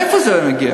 מאיפה זה מגיע?